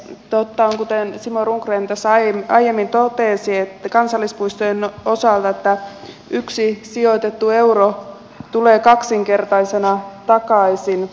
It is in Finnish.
totta on kuten simo rundgren tässä aiemmin totesi kansallispuistojen osalta että yksi sijoitettu euro tulee kaksinkertaisena takaisin